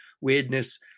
weirdness